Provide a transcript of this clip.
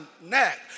neck